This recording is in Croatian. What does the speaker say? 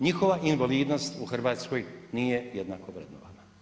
Njihova invalidnost u Hrvatskoj nije jednako vrednovana.